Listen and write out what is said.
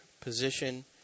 position